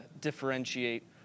differentiate